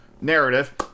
narrative